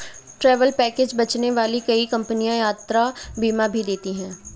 travel package बेचने वाली कई कंपनियां यात्रा बीमा भी देती हैं